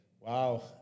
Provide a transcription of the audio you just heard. wow